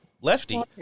lefty